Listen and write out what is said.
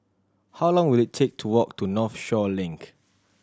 how long will it take to walk to Northshore Link